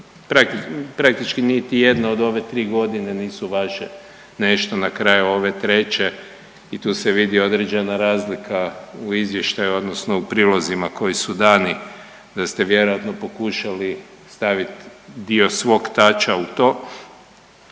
praktički niti jedna od ove tri godine nisu vaše nešto na kraju ove treće i tu se vidi određena razlika u izvještaju odnosno u prilozima koji su dani da ste vjerojatno pokušali staviti dio svog tača u to.